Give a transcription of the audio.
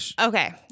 okay